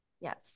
Yes